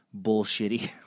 bullshitty